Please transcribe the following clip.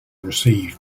received